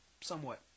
somewhat